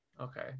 okay